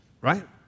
right